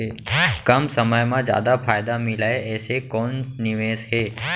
कम समय मा जादा फायदा मिलए ऐसे कोन निवेश हे?